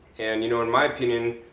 and, you know, in my opinion,